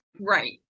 Right